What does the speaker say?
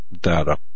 data